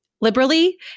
liberally